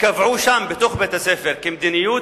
קבעו שם, בתוך בית-הספר, כמדיניות,